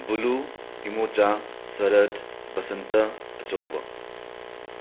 blue ꯏꯃꯣꯆꯥ ꯁꯔꯠ ꯕꯁꯟꯇ ꯑꯆꯧꯕ